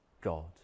God